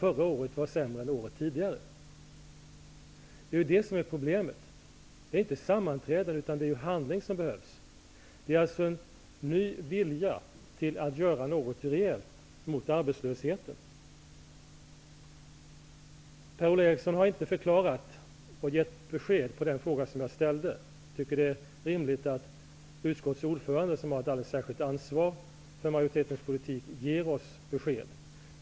Förra året var sämre än något tidigare år. Det är ju det som är problemet. Det är inte sammanträden, utan det är handling som behövs, en ny vilja hos regeringen att göra någonting rejält mot arbetslösheten. Per-Ola Eriksson varken förklarade eller gav besked angående den fråga som jag ställde. Det är rimligt att utskottets ordförande, som har ett särskilt ansvar för majoritetens politik, ger oss besked.